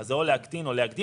אז זה או להקטין או להגדיל.